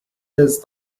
does